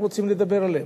לא רוצים לדבר עליהם,